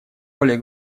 более